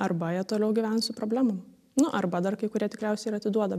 arba jie toliau gyvens su problemom nu arba dar kai kurie tikriausiai ir atiduoda